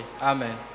Amen